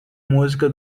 música